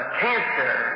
cancer